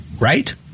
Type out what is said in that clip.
right